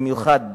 במיוחד בימינו,